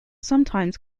sometimes